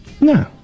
No